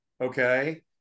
Okay